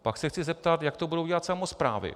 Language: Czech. Pak se chci zeptat, jak to budou dělat samosprávy.